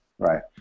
Right